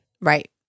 Right